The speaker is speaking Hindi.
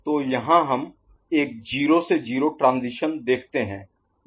तो यहाँ हम एक 0 से 0 ट्रांजीशन देखते हैं